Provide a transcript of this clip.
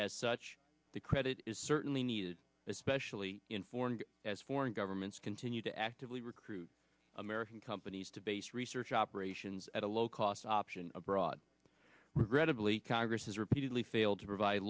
as such the credit is certainly needed especially in foreign as foreign governments continue to actively recruit american companies to base research operations at a low cost option abroad regrettably congress has repeatedly failed to provide